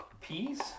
peas